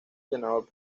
senador